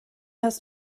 hast